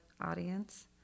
audience